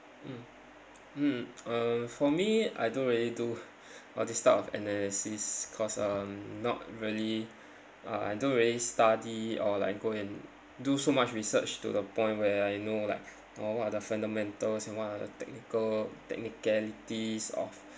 mm mm uh for me I don't really do all this type of analysis cause um not really uh I don't really study or like go and do so much research to the point where I know like orh what are the fundamentals and what are the technical technicalities of